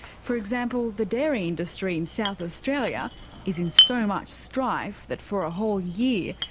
for example, the dairy industry in south australia is in so much strife that for a whole year,